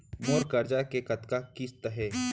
मोर करजा के कतका किस्ती हे?